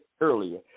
earlier